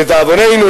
לדאבוננו,